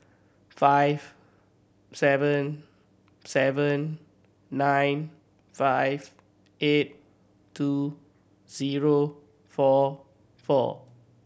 five seven seven nine five eight two zero four four